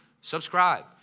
subscribe